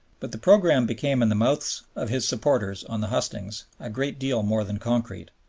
but the program became in the mouths of his supporters on the hustings a great deal more than concrete.